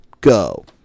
Go